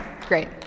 great